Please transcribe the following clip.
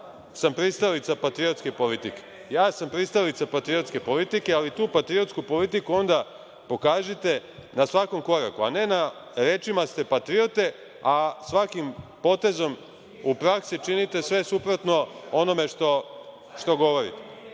vas imaju. Tako da, ja sam pristalica patriotske politike, ali tu patriotsku politiku onda pokažite na svakom koraku, a ne na rečima ste patriote, a svakim potezom u praksi činite sve suprotno onome što govorite. Ja